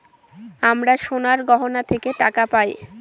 আমরা সোনার গহনা থেকে টাকা পায়